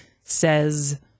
says